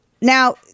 Now